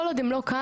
כל עוד הם לא כאן,